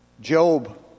Job